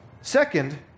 Second